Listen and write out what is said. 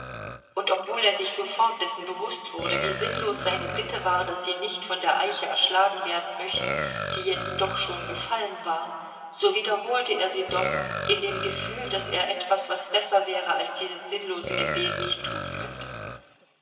und obwohl er sich sofort dessen bewußt wurde wie sinnlos seine bitte war daß sie nicht von der eiche erschlagen werden möchten die jetzt doch schon gefallen war so wiederholte er sie doch in dem gefühl daß er etwas was besser wäre als dieses sinnlose gebet nicht tun könnte